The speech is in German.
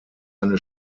eine